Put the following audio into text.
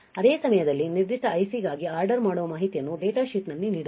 ಅದೇ ಸಮಯದಲ್ಲಿ ನಿರ್ದಿಷ್ಟ IC ಗಾಗಿ ಆರ್ಡರ್ ಮಾಡುವ ಮಾಹಿತಿಯನ್ನು ಡೇಟಾ ಶೀಟ್ನಲ್ಲಿ ನೀಡಲಾಗಿದೆ